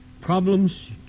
Problems